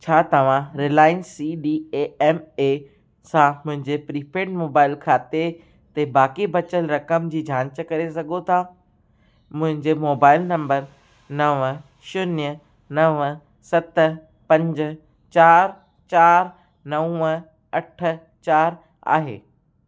छा तव्हां Reliance C D A M A सां मुंहिंजे प्रीपेड मोबाइल खाते ते बाक़ी बचल रक़म जी जाच करे सघो था मुंहिंजो मोबाइल नंबर नव शून्य नव सत पंज चार चार नव अठ चार आहे